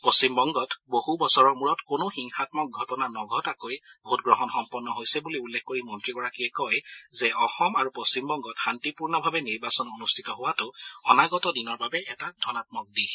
পশ্চিমবংগত বহু বছৰৰ মূৰত কোনো হিংসামক ঘটনা নঘটাকৈ ভোটগ্ৰহণ সম্পন্ন হৈছে বুলি উল্লেখ কৰি মন্ত্ৰীগৰাকীয়ে কয় যে অসম আৰু পশ্চিমবংগত শান্তিপূৰ্ণভাৱে নিৰ্বাচন অনুষ্ঠিত হোৱাটো অনাগত দিনৰ বাবে এটা ধনাত্মক দিশ